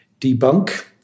debunk